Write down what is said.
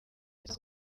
meza